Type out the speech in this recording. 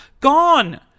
gone